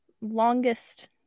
longest